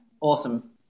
Awesome